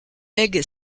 lègue